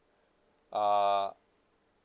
uh